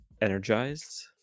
energized